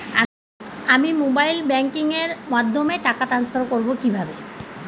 আমি mobile banking এর মাধ্যমে টাকা টান্সফার করব কিভাবে?